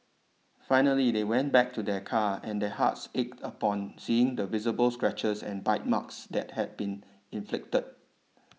finally they went back to their car and their hearts ached upon seeing the visible scratches and bite marks that had been inflicted